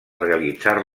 realitzar